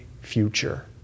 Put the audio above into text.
future